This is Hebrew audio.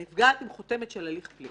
זה נפגעת עם הליך של הליך פלילי,